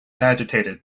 agitated